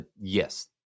Yes